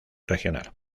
regional